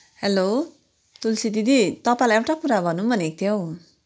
hello Tulsi दिदी तपाईँलाई एउटा कुरा भनौँ भनेको थिएँ हौ